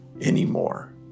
anymore